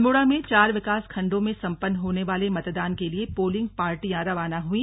अल्मोड़ा मे चार विकासखण्डों मे सम्पन्न होने वाले मतदान के लिए पोलिंग पार्टियां रवाना हई